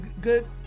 good